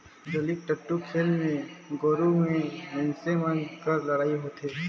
जल्लीकट्टू खेल मे गोरू ले मइनसे मन कर लड़ई होथे